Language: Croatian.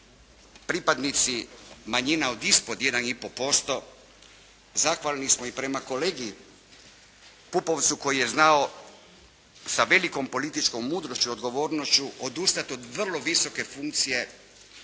pripadnici manjina od ispod 1,5% zahvalni smo i prema kolegi Pupovcu koji je znao sa velikom političkom mudrošću i odgovornošću odustati od vrlo visoke funkcije